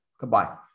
Goodbye